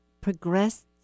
progressed